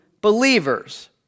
believers